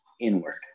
inward